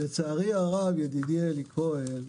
לצערי הרב ידידי אלי כהן,